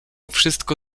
wszystko